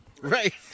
Right